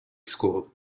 school